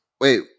Wait